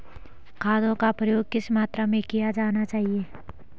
खादों का प्रयोग किस मात्रा में किया जाना चाहिए?